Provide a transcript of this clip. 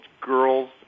girls